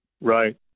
Right